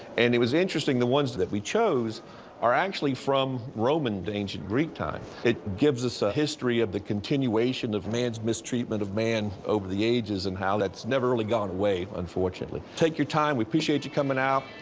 and it was interesting, the ones that we chose are actually from roman to ancient greek time. it gives us a history of the continuation of man's mistreatment of man over the ages and how that's never really gone away, unfortunately. take your time. we appreciate you coming out.